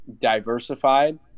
diversified